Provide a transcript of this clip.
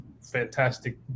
fantastic